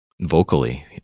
vocally